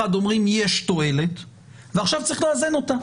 אומרים יש תועלת ועכשיו צריך לאוזן אותה.